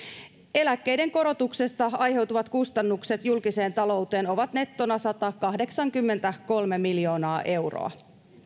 eläkkeiden korotuksesta aiheutuvat kustannukset julkiseen talouteen ovat nettona satakahdeksankymmentäkolme miljoonaa euroa